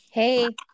Hey